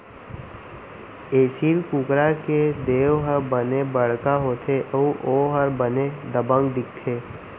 एसील कुकरा के देंव ह बने बड़का होथे अउ ओहर बने दबंग दिखथे